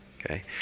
okay